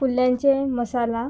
कुल्ल्यांचे मसाला